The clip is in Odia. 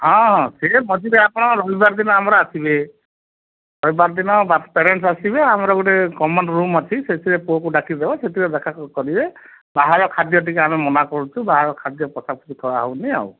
ହଁ ହଁ ସେ ମଝିରେ ଆପଣ ରବିବାର ଦିନ ଆମର ଆସିବେ ରବିବାର ଦିନ ପ୍ୟାରେଣ୍ଟସ୍ ଆସିବେ ଆମର ଗୋଟେ କମନ ରୁମ୍ ଅଛି ସେଥିରେ ପୁଅକୁ ଡାକିଦେବା ସେଥିରେ ଦେଖା କରିବେ ବାହାର ଖାଦ୍ୟ ଟିକେ ଆମେ ମନା କରୁଛୁ ବାହାର ଖାଦ୍ୟ ପଶାପଶି କରାହେଉନି ଆଉ